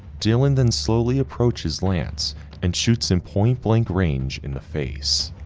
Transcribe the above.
dylan then slowly approaches, lance and shoots him point-blank range in the face.